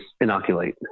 inoculate